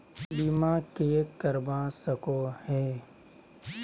बीमा के करवा सको है?